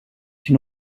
une